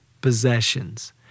possessions